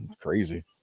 Crazy